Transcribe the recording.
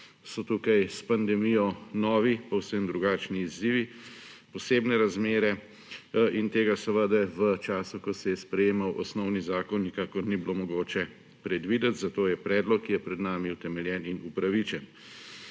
so tukaj s pandemijo novi, povsem drugačni izzivi, osebne razmere in tega seveda v času, ko se je sprejemal osnovni zakon, nikakor ni bilo mogoče predvideti. Zato je predlog, ki je pred nami, utemeljen in upravičen.